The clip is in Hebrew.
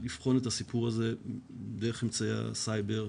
את הסיפור הזה דרך אמצעי הסייבר.